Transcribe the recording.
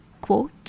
quote